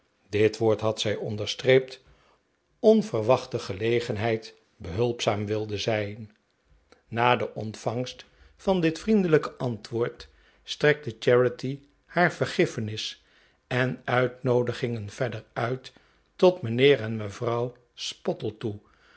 dit woord had zij onderstreept onverwachte gelegenheid behulpzaam wilden zijn na de ontvangst van dit vriendelijke antwoord strekte charity haar vergiffenis en uitnoodigingen verder uit tot mijnheer en mevrouw spottletoe